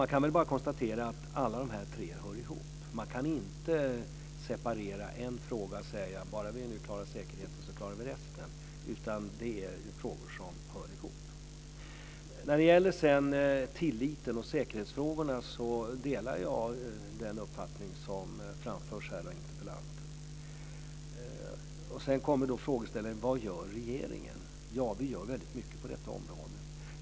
Man kan väl bara konstatera att alla tre frågorna hör ihop och att det inte går att separera en fråga och säga: Bara vi nu klarar säkerheten klarar vi resten, utan dessa frågor hör ihop. När det gäller tilliten och säkerhetsfrågorna delar jag den uppfattning som här framförts av interpellanten. Sedan kommer frågan vad regeringen gör. Ja, vi gör väldigt mycket på detta område.